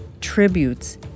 tributes